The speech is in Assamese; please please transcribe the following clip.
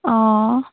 অঁ